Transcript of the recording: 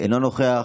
אינו נוכח,